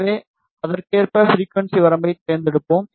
எனவே அதற்கேற்ப ஃபிரிக்குவன்சி வரம்பைத் தேர்ந்தெடுப்போம்